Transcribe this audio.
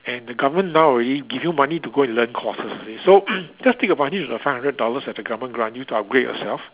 and the government now already give you money to go and learn courses okay so just take a mind this is a five hundred dollars that the government grant you to upgrade yourself